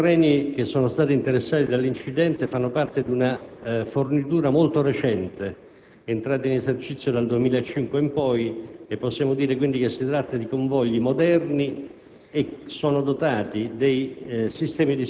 Idue treni interessati dall'incidente fanno parte di una fornitura molto recente, entrata in esercizio dal 2005 in poi. Possiamo dire si tratti di convogli moderni